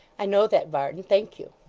i know that, varden. thank you